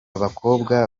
bakobwa